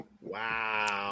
Wow